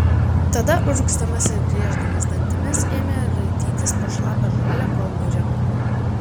tada urgzdamas ir grieždamas dantimis ėmė raitytis po šlapią žolę kol nurimo